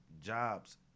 jobs